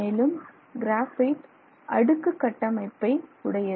மேலும் கிராபைட் அடுக்கு கட்டமைப்பை உடையது